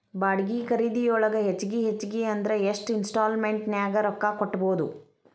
ಬಾಡ್ಗಿ ಖರಿದಿಯೊಳಗ ಹೆಚ್ಗಿ ಹೆಚ್ಗಿ ಅಂದ್ರ ಯೆಷ್ಟ್ ಇನ್ಸ್ಟಾಲ್ಮೆನ್ಟ್ ನ್ಯಾಗ್ ರೊಕ್ಕಾ ಕಟ್ಬೊದು?